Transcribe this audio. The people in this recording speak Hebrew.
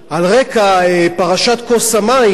על רקע פרשת כוס המים,